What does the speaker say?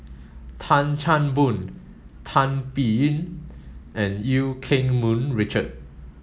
Tan Chan Boon Tan Biyun and Eu Keng Mun Richard